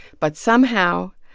but somehow,